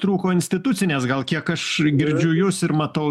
trūko institucinės gal kiek aš girdžiu jus ir matau